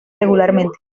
regularmente